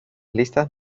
listas